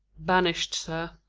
banished, sir.